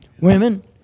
Women